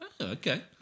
okay